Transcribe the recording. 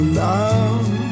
love